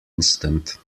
instant